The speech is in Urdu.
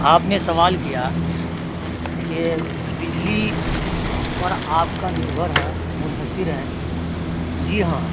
آپ نے سوال کیا کہ بجلی پر آپ کا نربھر ہے منحصر ہیں جی ہاں